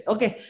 Okay